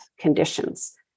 conditions